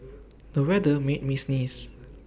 the weather made me sneeze